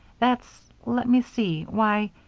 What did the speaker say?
that's let me see. why!